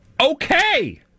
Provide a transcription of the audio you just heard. Okay